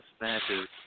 matches